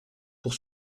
pour